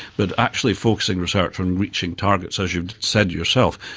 but actually focusing research on reaching targets, as you've said yourself,